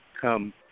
come